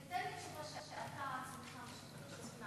תיתן לי תשובה שאתה משוכנע בה.